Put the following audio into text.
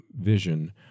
vision